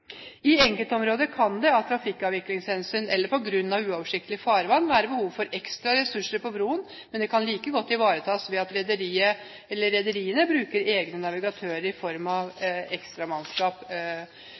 I enkeltområder kan det av trafikkavviklingshensyn eller på grunn av uoversiktlig farvann være behov for ekstra ressurser på broen, men det kan like godt ivaretas ved at rederiene bruker egne navigatører i form av